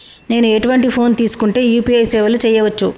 నేను ఎటువంటి ఫోన్ తీసుకుంటే యూ.పీ.ఐ సేవలు చేయవచ్చు?